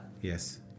Yes